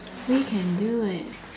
we can do it